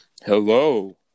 Hello